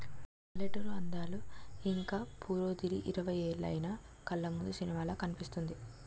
పల్లెటూరి అందాలు ఇంక వూరొదిలి ఇరవై ఏలైన కళ్లముందు సినిమాలా కనిపిస్తుంది